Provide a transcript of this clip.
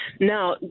Now